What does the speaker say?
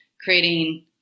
creating